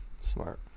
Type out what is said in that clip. Smart